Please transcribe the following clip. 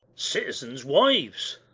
citizens' wives.